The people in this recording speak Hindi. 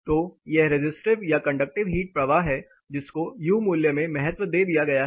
तो यह रेजिस्टिव या कंडक्टिव हीट प्रवाह है जिसको यू मूल्य में महत्व दे दिया गया है